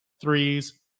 threes